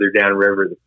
downriver